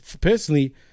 Personally